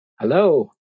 Hello